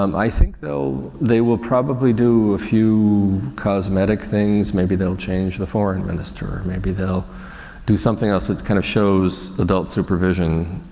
um i think though they will probably do a few cosmetic things. maybe they'll change the foreign minister or maybe they'll do something else that kind of shows adult supervision,